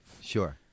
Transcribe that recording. Sure